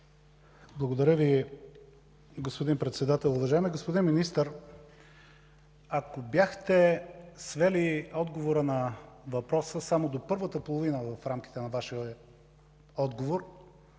Благодаря Ви, господин Председател. Уважаеми господин Министър, ако бяхте свели отговора на въпроса ми само до първата половина, щях да бъда много